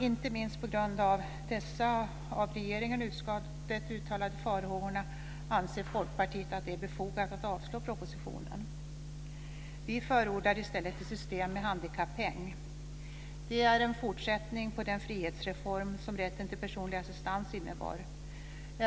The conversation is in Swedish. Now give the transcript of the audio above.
Inte minst på grund av dessa av regeringen och utskottet uttalade farhågorna anser Folkpartiet att det är befogat att avslå propositionen. Vi förordar i stället ett system med handikappeng. Det är en fortsättning på den frihetsreform som rätten till personlig assistans innebar.